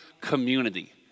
community